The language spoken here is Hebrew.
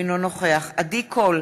אינו נוכח עדי קול,